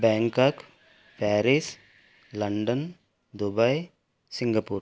Bangkok Paris London Dubai Singapore